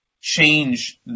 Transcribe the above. change